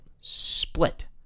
split